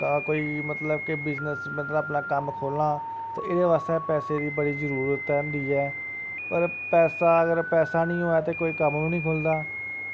तां कोई मतलब के बिजनेस मतलव अपना कम्म खोलना ते एह्दे वास्तै पैसे दी बड़ी जरूरत ऐ होंदी ऐ ते पर पैसा अगर पैसा निं होऐ ते कोई कम्म वी निं खुल्लदा